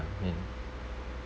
min